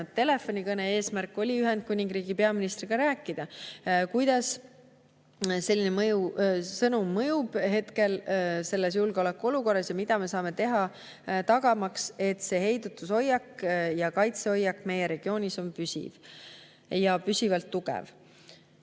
telefonikõne eesmärk oli Ühendkuningriigi peaministriga rääkida, kuidas selline sõnum mõjub praeguses julgeolekuolukorras ja mida me saame teha, tagamaks, et see heidutushoiak ja kaitsehoiak meie regioonis on püsiv ja püsivalt tugev.